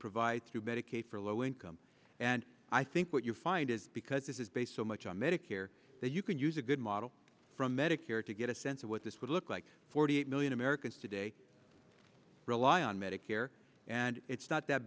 provide through medicaid for low income and i think what you'll find is because this is based so much on medicare that you can use a good model from medicare to get a sense of what this would look like forty eight million americans today rely on medicare and it's not that